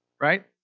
right